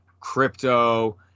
Crypto